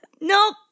Nope